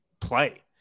play